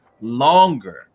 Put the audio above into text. longer